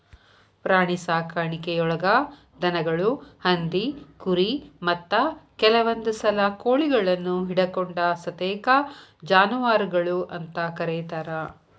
ಪ್ರಾಣಿಸಾಕಾಣಿಕೆಯೊಳಗ ದನಗಳು, ಹಂದಿ, ಕುರಿ, ಮತ್ತ ಕೆಲವಂದುಸಲ ಕೋಳಿಗಳನ್ನು ಹಿಡಕೊಂಡ ಸತೇಕ ಜಾನುವಾರಗಳು ಅಂತ ಕರೇತಾರ